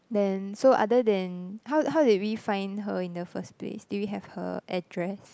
then so other than how how did we find her in the first place did we have her address